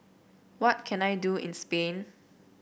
what can I do in Spain